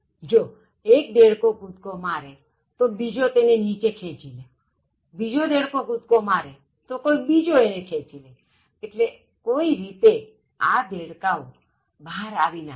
જો એક દેડકો કૂદકો મારે તો બીજો તેને નીચે ખેંચી લેબીજો દેડકો કૂદકો મારે તો કોઇ બીજો એને ખેંચી લે એટલે કોઇ રીતે આ દેડકાઓ બહાર આવી ન શકે